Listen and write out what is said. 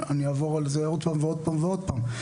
אעבור על זה עוד פעם ועוד פעם ועוד פעם.